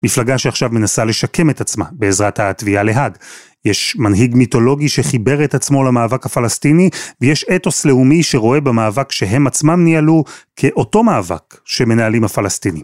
מפלגה שעכשיו מנסה לשקם את עצמה בעזרת התביעה להאג. יש מנהיג מיתולוגי שחיבר את עצמו למאבק הפלסטיני, ויש אתוס לאומי שרואה במאבק שהם עצמם ניהלו כאותו מאבק שמנהלים הפלסטינים.